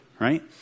right